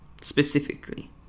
specifically